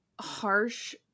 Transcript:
harsh